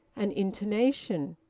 an intonation,